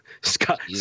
Scott